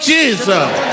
Jesus